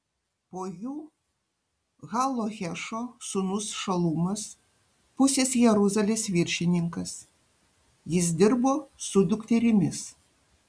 po jų ha lohešo sūnus šalumas pusės jeruzalės viršininkas jis dirbo su dukterimis